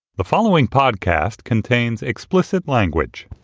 the following podcast contains explicit language